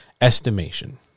estimation